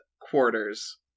quarters